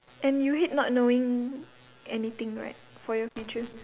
and you hate not knowing anything right for your future